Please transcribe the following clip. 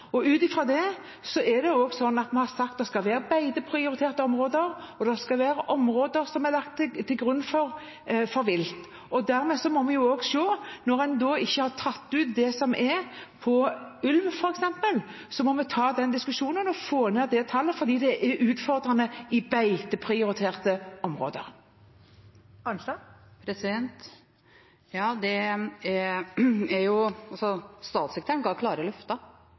Ut fra det har vi sagt at det skal være beiteprioriterte områder, og det skal være områder som er lagt til grunn for vilt. Dermed må vi også, når man ikke har tatt ut det som gjelder for f.eks. ulv, ta den diskusjonen og få ned det tallet, fordi det er utfordrende i beiteprioriterte områder. Statssekretæren ga klare løfter, ikke om at vi bare skal ta ut ulv i beiteprioriterte områder, men at vi skal ned til bestandsmålet. Jeg registrerer at statsråden ikke er